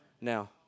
now